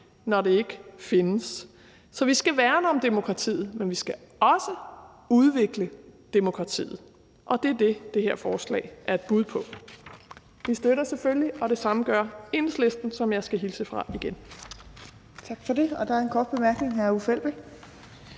når det ikke findes. Så vi skal værne om demokratiet, men vi skal også udvikle demokratiet, og det er det, det her forslag er et bud på. Vi støtter selvfølgelig forslaget, og det samme gør Enhedslisten, som jeg skal hilse fra igen.